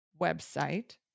website